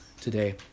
today